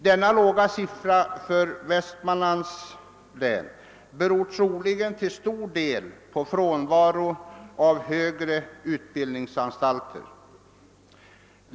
Den låga siffran för Västmanlands län beror troligen till stor del på frånvaron av högre utbildningsanstalter. a .